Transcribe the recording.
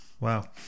Wow